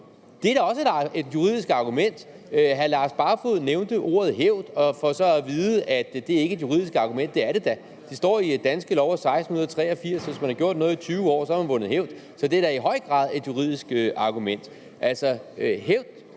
Det er da også et juridisk argument. Hr. Lars Barfoed nævnte ordet hævd og fik så at vide, at det ikke er et juridisk argument. Det er det da. Det står i Danske Lov af 1683, at hvis man har gjort noget i 20 år, har man vundet hævd. Så det er da i høj grad et juridisk argument. Er hævddelen